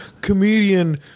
comedian